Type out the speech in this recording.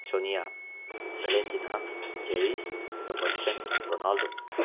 Sonia Valentina Jeris Robertson Ronaldo